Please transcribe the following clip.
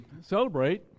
celebrate